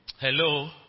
Hello